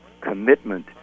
commitment